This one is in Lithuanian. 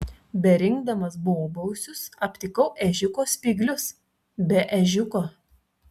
berinkdamas bobausius aptikau ežiuko spyglius be ežiuko